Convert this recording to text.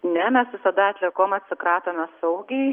ne mes visada atliekom atsikratome saugiai